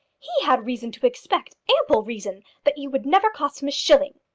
he had reason to expect, ample reason, that you would never cost him a shilling.